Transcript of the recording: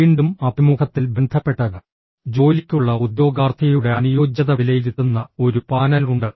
വീണ്ടും അഭിമുഖത്തിൽ ബന്ധപ്പെട്ട ജോലിക്കുള്ള ഉദ്യോഗാർത്ഥിയുടെ അനുയോജ്യത വിലയിരുത്തുന്ന ഒരു പാനൽ ഉണ്ട്